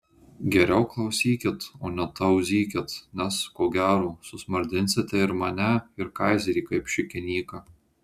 geriau klausykit o ne tauzykit nes ko gero susmardinsite ir mane ir kaizerį kaip šikinyką